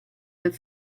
del